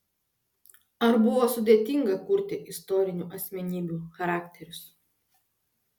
ar buvo sudėtinga kurti istorinių asmenybių charakterius